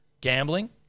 gambling